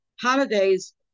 holidays